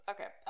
Okay